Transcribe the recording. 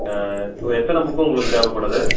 இப்போ எத்தனை புக்கு உங்களுக்கு தேவைப்படுது